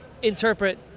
Interpret